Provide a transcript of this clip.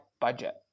budget